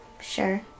Sure